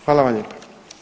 Hvala vam lijepa.